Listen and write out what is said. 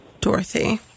Dorothy